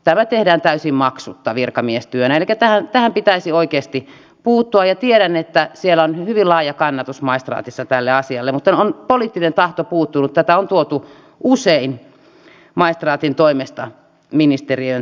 tämä tehdään täysin maksutta virkamiestyönä elikkä tähän pitäisi oikeasti puuttua tiedän että siellä maistraatissa on hyvin laaja kannatus tälle asialle mutta poliittinen tahto on puuttunut tätä on tuotu usein maistraatin toimesta ministeriön tietoon